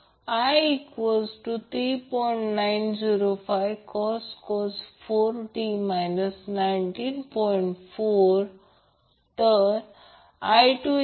आता समजा हे सीरिज RLC सर्किट आहे VR VR IR या मधून जाणारा करंट I आहे आणि हे L आहे